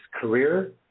career